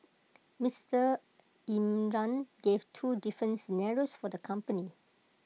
Mister Imran gave two different scenarios for the company